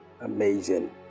Amazing